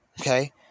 okay